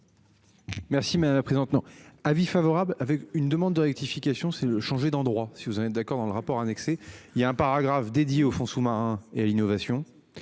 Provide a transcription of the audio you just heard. Merci madame la présidente, non. Avis favorable avec une demande de rectification. C'est le changer d'endroit. Si vous en êtes d'accord dans le rapport annexé. Il y a un paragraphe dédié au fonds sous-marins et à l'innovation.